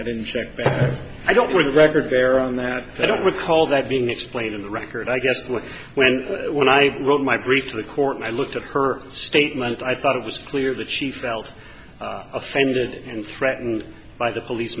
in check but i don't want to record their own that i don't recall that being explained in the record i guess like when when i wrote my brief to the court i looked at her statement i thought it was clear that she felt offended and threatened by the police